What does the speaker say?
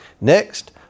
Next